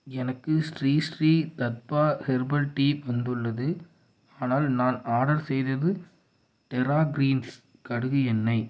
எனக்கு Sri Sri Tattva herbal tea வந்துள்ளது ஆனால் நான் ஆர்டர் செய்தது டெரா க்ரீன்ஸ் கடுகு எண்ணெய்